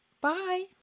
Bye